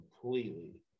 completely